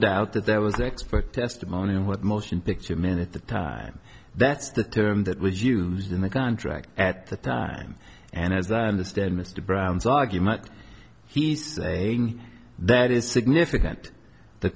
doubt that there was expert testimony in what motion picture men at the time that's the term that was used in the contract at the time and as i understand mr brown's argument he's saying that is significant the